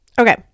Okay